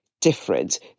different